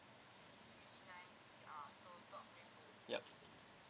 yup